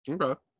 Okay